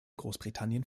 großbritannien